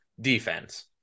defense